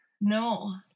No